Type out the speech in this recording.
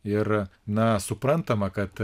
ir na suprantama kad